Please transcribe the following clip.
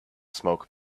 smoke